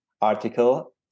article